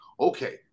okay